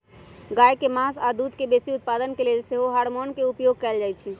गाय के मास आऽ दूध के बेशी उत्पादन के लेल सेहो हार्मोन के उपयोग कएल जाइ छइ